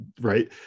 right